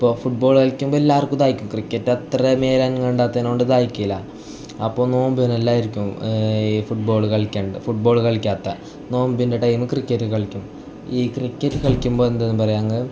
ഇപ്പോൾ ഫുട്ബോൾ കളിക്കുമ്പോൾ എല്ലാവർക്കും ദാഹിക്കും ക്രിക്കറ്റ് അത്ര മേലനങ്ങണ്ടാത്തതുകൊണ്ട് ദാഹിക്കില്ല അപ്പോൾ നോമ്പിനെല്ലാം ആയിരിക്കും ഈ ഫുട്ബോൾ കളിക്കാണ്ട് ഫുട്ബോൾ കളിക്കാത്തത് നോമ്പിൻ്റെ ടൈം ക്രിക്കറ്റ് കളിക്കും ഈ ക്രിക്കറ്റ് കളിക്കുമ്പോൾ എന്താണെന്ന് പറയാങ്ക്